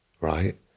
Right